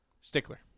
Stickler